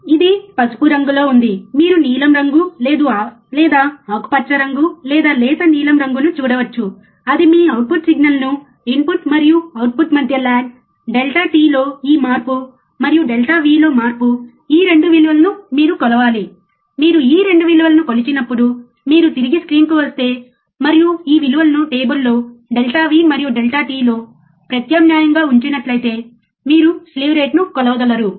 ఇది పసుపు రంగులో ఉంది మీరు నీలం రంగు లేదా ఆకుపచ్చ రంగు లేదా లేత నీలం రంగును చూడవచ్చు అది మీ అవుట్పుట్ సిగ్నల్ ఇన్పుట్ మరియు అవుట్పుట్ మధ్య లాగ్ డెల్టా t లో ఈ మార్పు మరియు డెల్టా V లో మార్పు ఈ 2 విలువలను మీరు కొలవాలి మీరు ఈ 2 విలువలను కొలిచినప్పుడు మీరు తిరిగి స్క్రీన్కు వస్తే మరియు మీరు ఈ విలువను టేబుల్లో డెల్టా V మరియు డెల్టా tలో ప్రత్యామ్నాయంగా ఉంచినట్లయితే మీరు స్లీవ్ రేటును కొలవగలరు